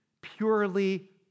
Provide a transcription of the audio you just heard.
purely